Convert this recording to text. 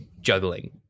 juggling